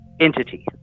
entity